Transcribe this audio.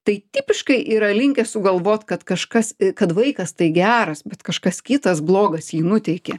tai tipiškai yra linkę sugalvot kad kažkas kad vaikas tai geras bet kažkas kitas blogas jį nuteikė